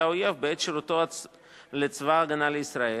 האויב בעת שירותו בצבא-הגנה לישראל,